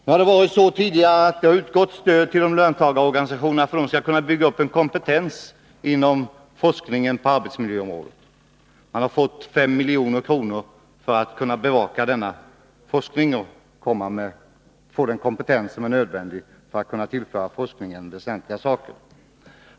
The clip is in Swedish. Stöd har tidigare utgått till löntagarorganisationerna för att de skall kunna bygga upp kompetensen inom arbetsmiljöområdet. Man har fått 5 milj.kr. för att kunna bevaka denna forskning och få den kompetens som är nödvändig för att kunna tillföra forskningen väsentliga saker.